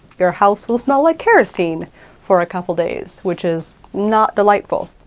your house will smell like kerosene for a couple days, which is not delightful.